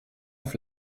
auf